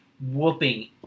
whooping